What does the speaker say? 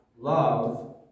love